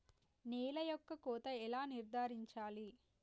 నేల యొక్క కోత ఎలా నిర్ధారించాలి?